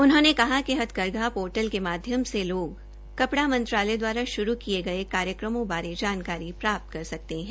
उन्होंने कहा कि हथकरघा पोर्टल के माध्यम से लोग कपड़ा मंत्रालय दवारा शुरू किये गये कार्यक्रमों बारे जानकारी प्राप्त कर सकते है